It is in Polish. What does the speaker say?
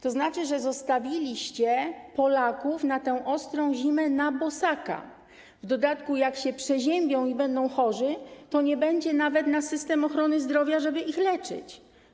To znaczy, że zostawiliście Polaków na tę ostrą zimę na bosaka, w dodatku, jak się przeziębią i będą chorzy, to nie będzie nawet na system ochrony zdrowia, żeby ich leczyć.